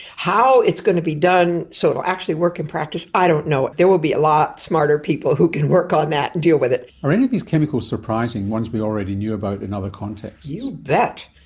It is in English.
how it's going to be done so it will actually work in practice i don't know. there will be a lot smarter people who can work on that and deal with it. are any of these chemicals surprising, ones we already knew about in other contexts? you bet.